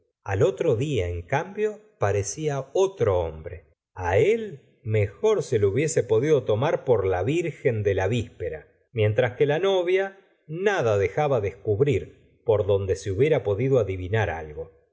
al otro día en cambio parecía otro hombre a él mejor se le hubiese mido tornar por la virgen de la víspera mientras que la novia nada dejaba descubrir por donde se hubiera podido adivinar algo